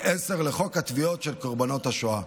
10 לחוק התביעות של קורבנות השואה.